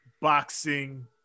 boxing